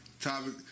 Topic